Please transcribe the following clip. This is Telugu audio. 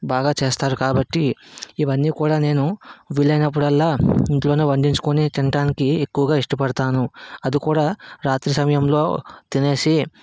బాగా చేస్తారు కాబట్టి ఇవన్నీ కూడా నేను వీలైనప్పుడల్లా ఇంట్లోనే వండించుకొని తినడానికి ఎక్కువగా ఇష్టపడుతాను అది కూడా రాత్రి సమయంలో తినేసి